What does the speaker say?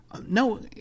No